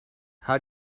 how